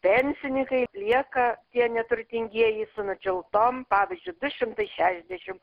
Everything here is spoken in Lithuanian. pensinikai lieka tie neturtingieji su nudžiautom pavyzdžiu du šimtai šešdešim